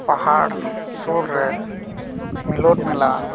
ᱯᱟᱦᱟᱲ ᱥᱩᱨ ᱨᱮ ᱢᱤᱞᱚᱱ ᱢᱮᱞᱟ